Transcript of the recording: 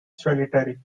solitary